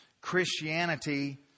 Christianity